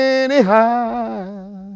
anyhow